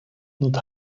not